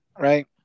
right